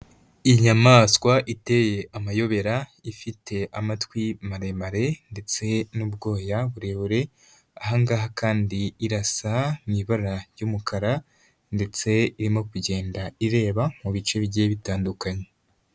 Inyamaswa iteye amayobera, ifite amatwi maremare ndetse n'ubwoya burebure, aha ngaha kandi irasa n'ibara ry'umukara ndetse irimo kugenda ireba mu bice bigiye bitandukanye